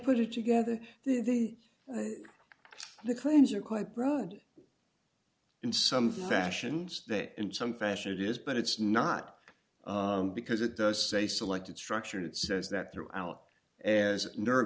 put it together then the claims are quite broad in some fashion that in some fashion it is but it's not because it does say selected structure it says that throughout as nerve